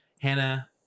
Hannah